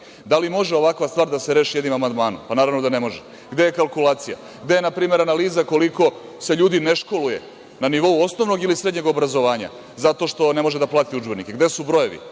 Da li može ovakva stvar da se reši jednim amandmanom? Naravno da ne može. Gde je kalkulacija? Gde je, na primer, analiza koliko se ljudi ne školuje na nivou osnovnog ili srednjeg obrazovanja zato što ne može da plati udžbenike? Gde su brojevi?